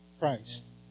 Christ